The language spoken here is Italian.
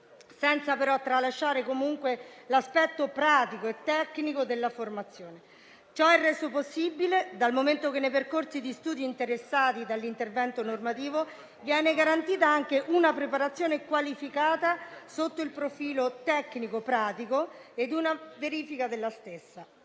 senza però tralasciare l'aspetto pratico e tecnico della formazione. Ciò è reso possibile dal momento che nei percorsi di studi interessati dall'intervento normativo viene garantita anche una preparazione qualificata sotto il profilo tecnico-pratico ed una verifica della stessa.